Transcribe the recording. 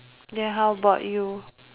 then how about you